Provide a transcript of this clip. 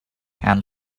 and